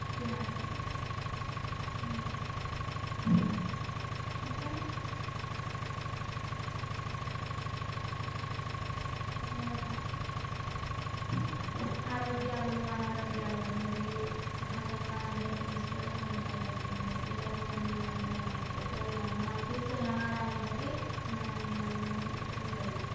తినాలి ఇంకా మన ఆరోగ్యాలు అనారోగ్యాలు అనేవి సహజంగా అందరికీ వస్తూనే ఉంటాయండి మన పిల్లలు కానీ ఏమన్నా కానీ పెద్దలు కానీ మనం తీసుకునే ఆహారాన్ని బట్టి మనం ఏమన్నా కానీ ఉంటుంది